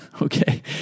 Okay